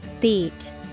Beat